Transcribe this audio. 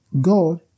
God